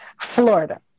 Florida